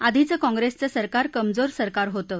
आधीचं कॉंग्रेसचं सरकार कमजोर सरकार होतं